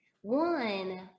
One